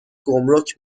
گمرک